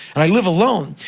and i live alone,